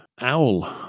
Owl